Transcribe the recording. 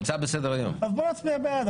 אז בוא נצביע בעד.